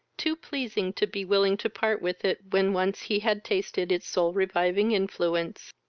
too pleasing to be willing to part with it when once he had tasted its soul-reviving influence.